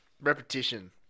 repetition